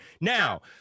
Now